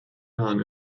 jahren